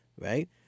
right